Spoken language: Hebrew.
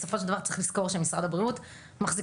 בסופו של דבר צריך לזכור שמשרד הבריאות מחזיק